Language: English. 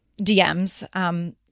DMs